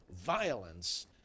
violence